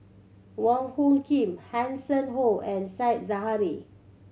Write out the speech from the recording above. Wong Hung Khim Hanson Ho and Said Zahari